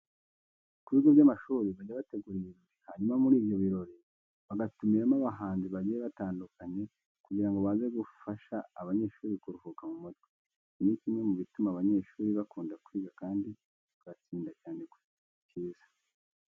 Ku bigo by'amashuri bajya bategura ibirori, hanyuma muri ibyo birori bagatumiramo abahanzi bagiye batandukanye kugira ngo baze gufasha abanyeshuri kuruhuka mu mutwe. Iki ni kimwe mu bituma abanyeshuri bakunda kwiga kandi bagatsinda cyane ku kigero cyiza.